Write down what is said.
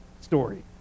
story